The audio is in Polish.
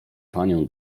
panią